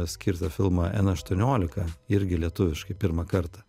skirtą filmą n aštuoniolika irgi lietuviškai pirmą kartą